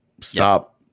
Stop